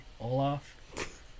Olaf